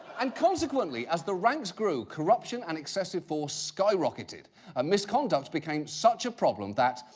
and consequently, as the ranks grew, corruption and excessive force sky-rocketed and misconduct became such a problem that,